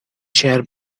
chair